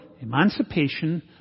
Emancipation